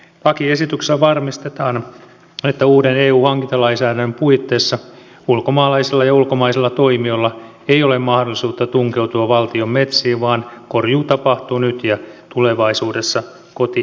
lakiesityksellä varmistetaan että uuden eu hankintalainsäädännön puitteissa ulkomaalaisilla ja ulkomaisilla toimijoilla ei ole mahdollisuutta tunkeutua valtion metsiin vaan korjuu tapahtuu nyt ja tulevaisuudessa kotimaisesti